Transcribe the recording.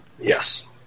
Yes